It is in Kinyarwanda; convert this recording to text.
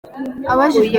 abajijwe